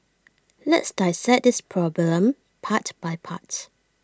let's dissect this problem part by part